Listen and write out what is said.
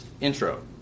intro